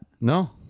No